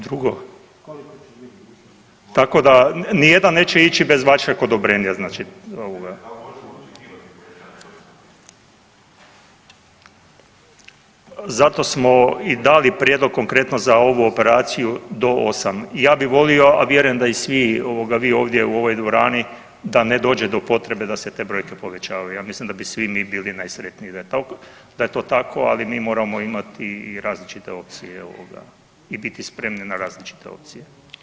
Drugo, tako da, nijedan neće ići bez vašeg odobrenja, znači ovoga. ... [[Upadica se ne čuje.]] Zato smo i dali prijedlog konkretno za ovu operaciju do 8. Ja bih volio, a vjerujem da i svi vi ovdje u ovoj dvorani, da ne dođe do potrebe da se te brojke povećavaju, ja mislim da bi svi mi bili najsretniji da je to tako, ali mi moramo imati i različite opcije, ovoga i biti spremni na različite opcije.